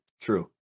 true